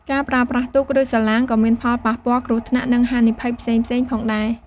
ការប្រើប្រាស់ទូក ឬសាឡាងក៏មានផលប៉ះពាល់ គ្រោះថ្នាក់ និងហានិភ័យផ្សេងៗផងដែរ។